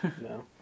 No